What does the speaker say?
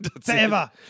Forever